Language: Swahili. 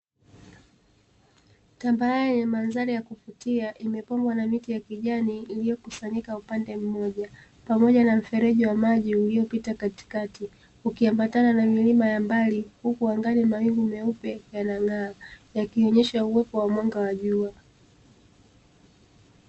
Tambarare lenye mandhari ya kuvutia imepambwa na miti ya kijani iliyokusanyika upande mmoja, pamoja na mfereji wa maji uliopita katikati ukiambatana na milima ya mbali huku angani mawingu meupe yanang'aa yakionyesha uwepo wa mwaka wa jua.